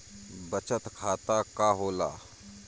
बचत खाता का होला?